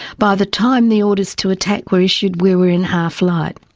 by the time the orders to attack were issued we were in half light.